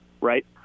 right